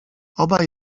obaj